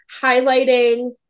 highlighting